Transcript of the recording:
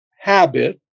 habit